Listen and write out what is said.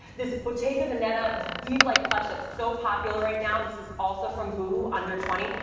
this bottega veneta weave-like clutch that's so popular right now, this is also from boohoo under twenty,